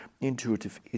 intuitive